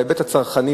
בהיבט הצרכני,